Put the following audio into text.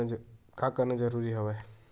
का करना जरूरी हवय?